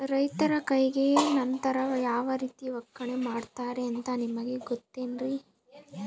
ರೈತರ ಕೈಗೆ ನಂತರ ಯಾವ ರೇತಿ ಒಕ್ಕಣೆ ಮಾಡ್ತಾರೆ ಅಂತ ನಿಮಗೆ ಗೊತ್ತೇನ್ರಿ?